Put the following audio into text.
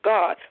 God